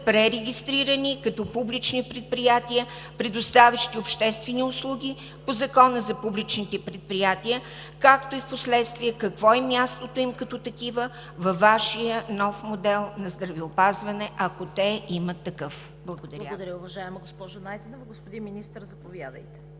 пререгистрирани като публични предприятия, предоставящи обществени услуги по Закона за публичните предприятия, както и впоследствие какво е мястото им като такива във Вашия нов модел на здравеопазване, ако те имат такъв? ПРЕДСЕДАТЕЛ ЦВЕТА КАРАЯНЧЕВА: Благодаря, уважаема госпожо Найденова. Господин Министър, заповядайте.